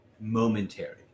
momentary